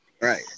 Right